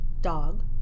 Dog